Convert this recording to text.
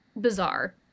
bizarre